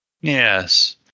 Yes